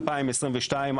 2022,